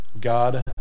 God